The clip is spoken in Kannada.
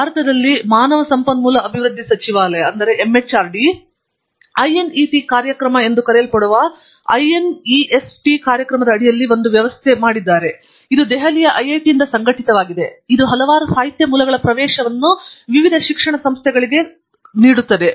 ಮತ್ತು ಭಾರತದಲ್ಲಿ ಮಾನವ ಸಂಪನ್ಮೂಲ ಅಭಿವೃದ್ಧಿ ಸಚಿವಾಲಯವು ಐಎನ್ಇಟಿ ಕಾರ್ಯಕ್ರಮ ಎಂದು ಕರೆಯಲ್ಪಡುವ ಐಎನ್ಇಎಸ್ಟಿ ಕಾರ್ಯಕ್ರಮದ ಅಡಿಯಲ್ಲಿ ಒಂದು ವ್ಯವಸ್ಥೆಯಾಗಿದೆ ಇದು ದೆಹಲಿಯ ಐಐಟಿಯಿಂದ ಸಂಘಟಿತವಾಗಿದೆ ಇದು ಹಲವಾರು ಸಂಖ್ಯೆಯ ಸಾಹಿತ್ಯ ಮೂಲಗಳ ಪ್ರವೇಶವನ್ನು ವಿವಿಧ ಶಿಕ್ಷಣ ಸಂಸ್ಥೆಗಳಿಗೆ ಪ್ರವೇಶಿಸುತ್ತದೆ